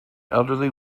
elderly